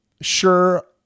sure